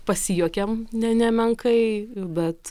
pasijuokėm ne nemenkai bet